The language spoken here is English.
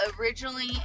originally